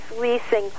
leasing